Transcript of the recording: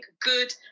good